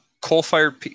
Coal-fired